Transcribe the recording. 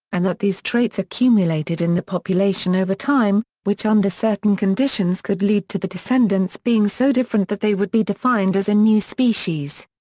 and that these traits accumulated in the population over time, which under certain conditions could lead to the descendants being so different that they would be defined as a new species.